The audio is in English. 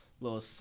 little